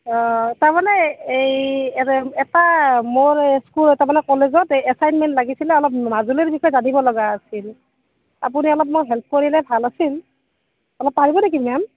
অঁ তাৰ মানে এই এ এটা মোৰ স্কুলত তাৰমানে কলেজত এচাইনমেন্ট লাগিছিলে অলপ মাজুলীৰ বিষয়ে জানিব লগা আছিল আপুনি অলপমান হেল্প কৰিলে ভাল আছিল অলপ পাৰিব নেকি মেম